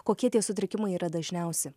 kokie tie sutrikimai yra dažniausi